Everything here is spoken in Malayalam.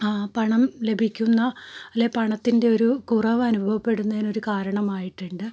പണം ലഭിക്കുന്ന അല്ലെങ്കിൽ പണത്തിൻ്റെ ഒരു കുറവ് അനുഭവപ്പെടുന്നതിനൊരു കാരണമായിട്ടുണ്ട്